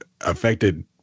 affected